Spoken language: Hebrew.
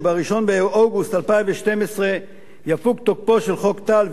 שב-1 באוגוסט 2012 יפוג תוקפו של חוק טל,